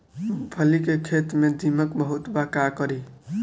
मूंगफली के खेत में दीमक बहुत बा का करी?